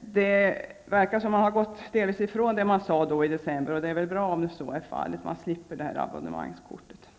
Det verkar som om posten delvis har gått ifrån det som sades i december. Det är bra om så är fallet. Man slipper detta med abonnemangskort.